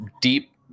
deep